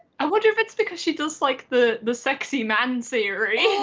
i wonder if it's because she does like the the sexy man series.